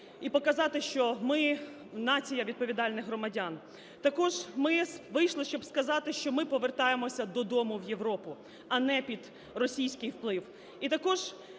і показати, що ми нація відповідальних громадян. Також ми вийшли, щоб сказати, що ми повертаємося додому в Європу, а не під російський вплив.